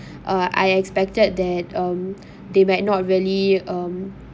uh I expected that um they might not really um